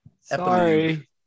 Sorry